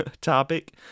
topic